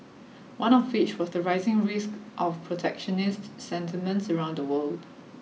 one of which was the rising risk of protectionist sentiments around the world